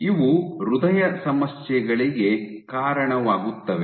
ಇವು ಹೃದಯ ಸಮಸ್ಯೆಗಳಿಗೆ ಕಾರಣವಾಗುತ್ತವೆ